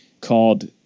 called